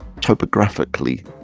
topographically